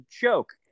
joke